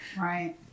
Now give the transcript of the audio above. Right